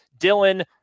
Dylan